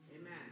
Amen